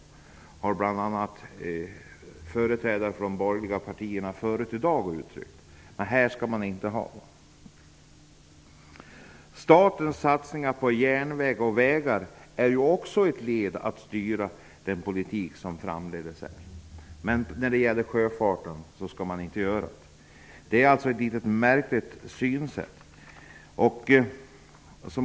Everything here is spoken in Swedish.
Det har bl.a. företrädare för de borgerliga partierna uttryckt tidigare i dag. Men i det här fallet gäller det inte. Statens satsningar på järnvägar och vägar är också ett led i att styra politiken framdeles. Men i fråga om sjöfarten gäller det inte. Det är ett märkligt synsätt.